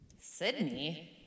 sydney